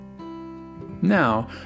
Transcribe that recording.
Now